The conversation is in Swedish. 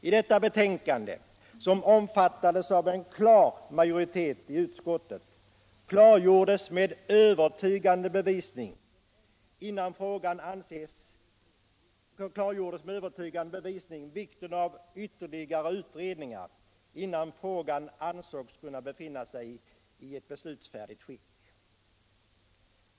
I detta betänkande som omfattades av en klar majoritet i utskottet klargjordes med övertygande bevisning vikten av vtterligare utredningar innan frågan ansågs kunna belinna sig i ett beslutsfärdigt skick.